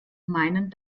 meinen